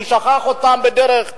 הוא שכח אותם בדרך,